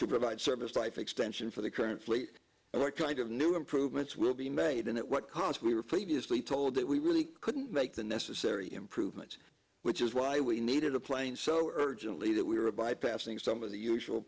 to provide service life extension for the current slate and what kind of new improvements will be made in it what conficker previously told that we really couldn't make the necessary improvements which is why we needed a plane so urgently that we were bypassing some of the usual